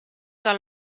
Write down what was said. del